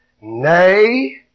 Nay